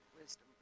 wisdom